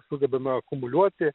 sugebama akumuliuoti